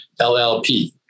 LLP